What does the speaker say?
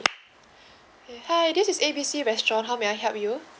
okay hi this is A B C restaurant how may I help you